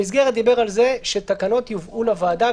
המסגרת דיברה על זה שתקנות יובאו לוועדה,